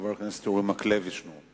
חבר הכנסת אורי מקלב ישנו.